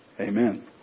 Amen